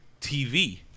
TV